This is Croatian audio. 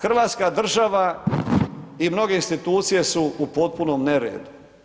Hrvatska država i mnoge institucije su u potpunom neredu.